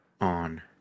on